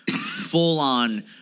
full-on